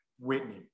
Whitney